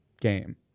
game